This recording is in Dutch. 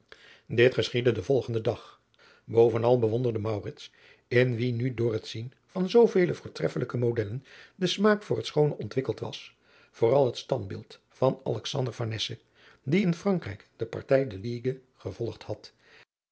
dit geschiedde den volgenden dag bovenal bewonderde maurits in wien nu door het zien van zoovele voortreffelijke modellen de smaak voor het schoone ontwikkeld was vooral het standbeeld van alexander farnese die in frankrijk de partij der ligue gevolgd had